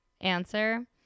answer